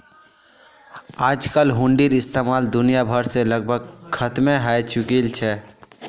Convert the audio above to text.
आजकल हुंडीर इस्तेमाल दुनिया भर से लगभग खत्मे हय चुकील छ